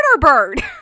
bird